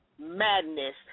Madness